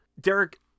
Derek